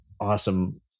awesome